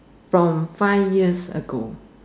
from five years ago